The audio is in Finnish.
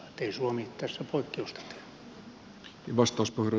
ei suomi tässä poikkeusta tee